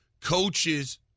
coaches